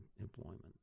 employment